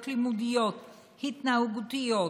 החומרים האלה עלולים להביא לבעיות לימודיות והתנהגותיות,